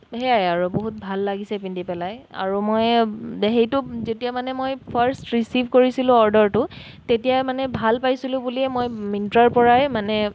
সেয়াই আৰু বহুত ভাল লাগিছে পিন্ধি পেলাই আৰু মই সেইটো যেতিয়া মানে মই ফাৰ্ষ্ট ৰিচিভ কৰিছিলোঁ অৰ্ডাৰটো তেতিয়াই মানে ভাল পাইছিলোঁ বুলিয়েই মই মিণ্ট্ৰাৰপৰাই মানে